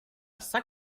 saint